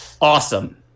awesome